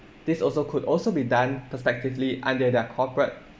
this also could also be done perspectively under their corporate